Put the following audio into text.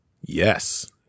Yes